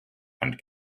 and